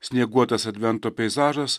snieguotas advento peizažas